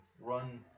run